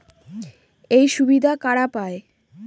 এই সুবিধা কারা পায়?